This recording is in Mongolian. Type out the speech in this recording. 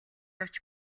авч